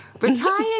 retired